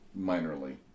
minorly